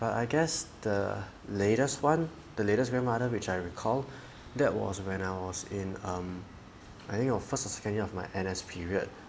but I guess the latest one the latest grandmother which I recall that was when I was in um I think your first or second year of my N_S period